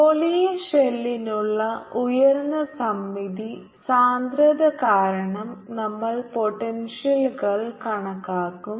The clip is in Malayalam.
ഗോളീയ ഷെല്ലിനുള്ള ഉയർന്ന സമമിതി സാന്ദ്രത കാരണം നമ്മൾ പോട്ടെൻഷ്യൽ കൾ കണക്കാക്കും